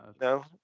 No